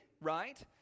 right